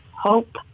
hope